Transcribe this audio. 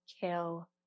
kill